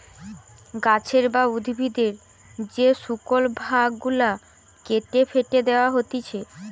গাছের বা উদ্ভিদের যে শুকল ভাগ গুলা কেটে ফেটে দেয়া হতিছে